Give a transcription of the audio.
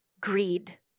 greed